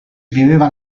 viveva